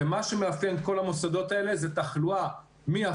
מה שמאפיין את כל המוסדות האלה זה תחלואה מאפסית